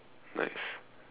nice